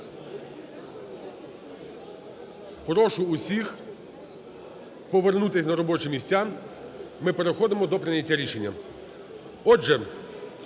Прошу усіх повернутись на робочі місця, ми переходимо до прийняття рішення.